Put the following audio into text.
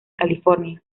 california